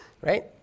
Right